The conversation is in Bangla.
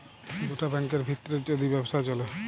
দুটা ব্যাংকের ভিত্রে যদি ব্যবসা চ্যলে